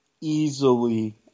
Easily